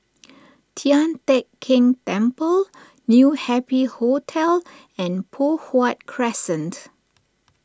Tian Teck Keng Temple New Happy Hotel and Poh Huat Crescent